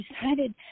decided